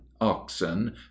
oxen